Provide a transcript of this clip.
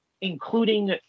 including